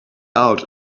out